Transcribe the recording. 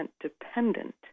dependent